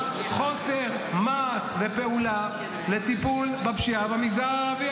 על חוסר מעש ופעולה לטיפול בפשיעה במגזר הערבי.